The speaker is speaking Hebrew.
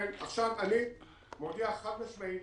אני מודיע חד משמעית